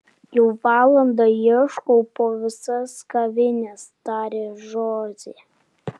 jau valandą ieškau po visas kavines tarė žozė